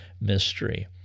mystery